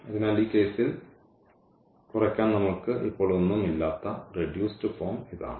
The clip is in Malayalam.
അതിനാൽ ഈ കേസിൽ കുറയ്ക്കാൻ നമ്മൾക്ക് ഇപ്പോൾ ഒന്നും ഇല്ലാത്ത റെഡ്യൂസ്ഡ് ഫോം ഇതാണ്